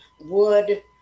wood